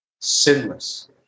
sinless